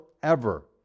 forever